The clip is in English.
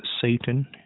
Satan